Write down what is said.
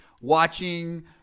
watching